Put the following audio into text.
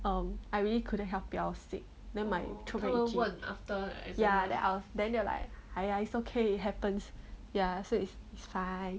um I really couldn't help it I was sick then my throat very itchy ya then I was then they were like !aiya! it's okay it happens ya so it's it's fine